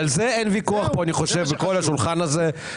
אני חושב שעל זה אין ויכוח בכל השולחן הזה,